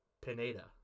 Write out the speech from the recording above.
Pineda